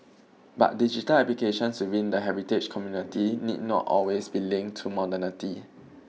but digital applications within the heritage community need not always be linked to modernity